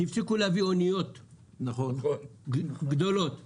כי הפסיקו להביא אוניות גדולות לאשדוד.